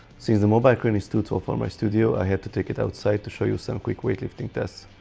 since the mobile crane is too tall for my studio i had to take it outside to show you some quick weightlifting tests.